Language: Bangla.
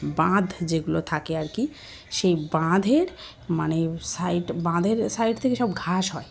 বাঁধ যেগুলো থাকে আর কি সেই বাঁধের মানে সাইড বাঁধের সাইড থেকে সব ঘাস হয়